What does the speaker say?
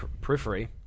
Periphery